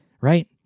right